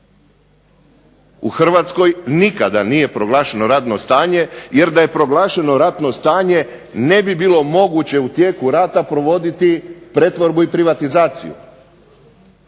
U Hrvatskoj nikada nije proglašeno ratno stanje jer da je proglašeno ratno stanje ne bi bilo moguće u tijeku rata provoditi pretvorbu i privatizaciju.